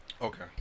Okay